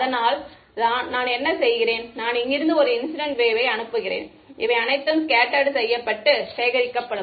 அதனால் நான் என்ன செய்கிறேன் நான் இங்கிருந்து ஒரு இன்சிடென்ட் வேவ்வை அனுப்புகிறேன் இவை அனைத்தும் ஸ்கெட்ட்டர்டு செய்யப்பட்டு சேகரிக்கப்படும்